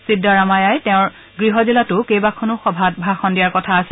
চিদ্দাৰমায়াই তেওঁৰ গৃহ জিলাতো কেইবাখনো সভাত ভাষণ দিয়াৰ কথা আছে